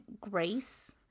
grace